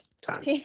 time